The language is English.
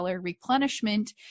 replenishment